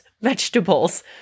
vegetables